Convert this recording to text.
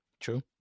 True